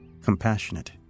compassionate